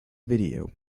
video